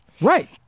Right